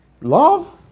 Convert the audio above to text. Love